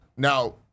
Now